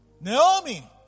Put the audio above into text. Naomi